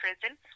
prison